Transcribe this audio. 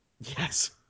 Yes